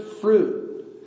fruit